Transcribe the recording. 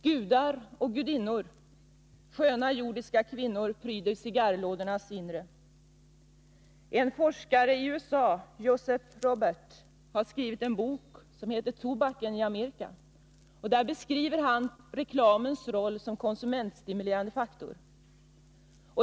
Gudar och gudinnor, sköna jordiska kvinnor pryder cigarrlådornas inre. En forskare i USA, Joseph Robert, har skrivit en bok om tobaken i Amerika, i vilken han beskriver reklamens roll som konsumentstimulerande faktor.